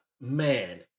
man